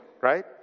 right